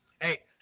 hey